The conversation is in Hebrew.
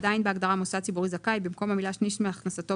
עדיין בהגדרת מוסד ציבורי זכאי - במקום המילה "שליש מהכנסתו